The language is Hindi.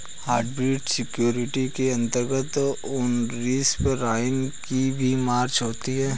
हाइब्रिड सिक्योरिटी के अंतर्गत ओनरशिप राइट की भी चर्चा होती है